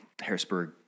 Harrisburg